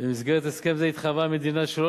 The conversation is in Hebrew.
במסגרת הסכם זה התחייבה המדינה שלא